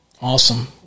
awesome